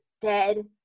dead